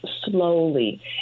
slowly